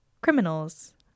...criminals